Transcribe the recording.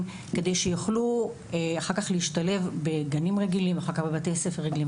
כדי שיוכלו להשתלב אחר כך בגנים רגילים ובבתי ספר רגילים.